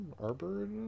Arbor